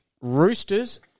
Roosters